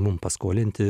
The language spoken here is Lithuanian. mum paskolinti